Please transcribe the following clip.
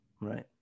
right